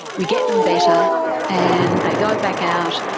we get them better and they go back out,